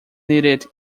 needed